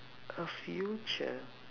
a future